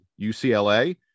UCLA